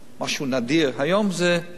משהו נדיר, היום זה אלף-בית,